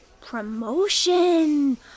Promotion